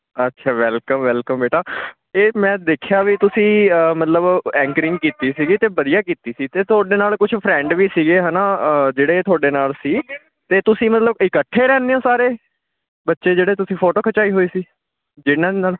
ਅੱਛਾ welcome welcome ਬੇਟਾ ਇਹ ਮੈਂ ਦੇਖਿਆ ਵੀ ਤੁਸੀਂ ਅ ਮਤਲਬ ਐਂਕਰਿੰਗ ਕੀਤੀ ਸੀਗੀ ਅਤੇ ਵਧੀਆ ਕੀਤੀ ਸੀ ਅਤੇ ਤੁਹਾਡੇ ਨਾਲ ਕੁਛ ਫਰੈਂਡ ਵੀ ਸੀਗੇ ਹੈ ਨਾ ਜਿਹੜੇ ਤੁਹਾਡੇ ਨਾਲ ਸੀ ਅਤੇ ਤੁਸੀਂ ਮਤਲਬ ਇਕੱਠੇ ਰਹਿੰਦੇ ਹੋ ਸਾਰੇ ਬੱਚੇ ਜਿਹੜੇ ਤੁਸੀਂ ਫੋਟੋ ਖਿਚਾਈ ਹੋਈ ਸੀ ਜਿਹਨਾਂ ਦੇ ਨਾਲ